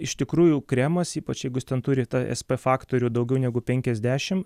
iš tikrųjų kremas ypač jeigu jis ten turi tą es p faktorių daugiau negu penkiasdešimt